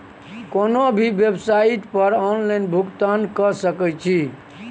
कोनो भी बेवसाइट पर ऑनलाइन भुगतान कए सकैत छी